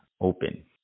open